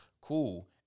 Cool